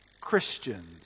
Christians